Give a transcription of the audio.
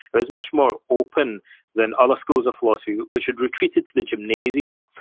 it was much more open than other schools of philosophy, which had retreated to the gymnasia,